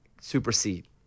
supersede